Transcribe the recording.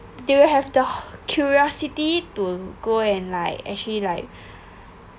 they will have the curiosity to go and like actually like